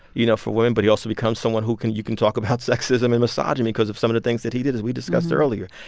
you know, for women, but he also becomes someone who can you can talk about sexism and misogyny because of some of the things that he did, as we discussed earlier.